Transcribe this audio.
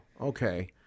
Okay